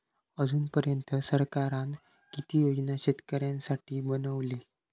अजून पर्यंत सरकारान किती योजना शेतकऱ्यांसाठी बनवले?